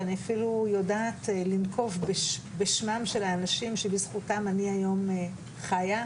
ואני אפילו יודע לנקוב בשמם של האנשים שבזכותם אני היום חייה.